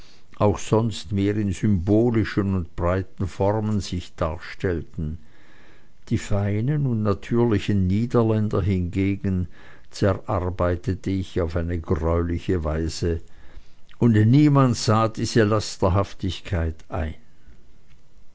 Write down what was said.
auch sonst mehr in symbolischen und breiten formen sich darstellten die feinen und natürlichen niederländer hingegen zerarbeitete ich auf eine greuliche weise und niemand sah diese lasterhaftigkeit ein